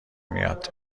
میاد